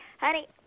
honey